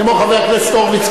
כמו חבר הכנסת הורוביץ,